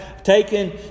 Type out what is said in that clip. Taken